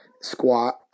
squat